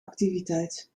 activiteit